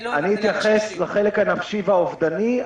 אני מתייחס לחלק הנפשי והאובדני.